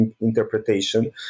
interpretation